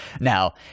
Now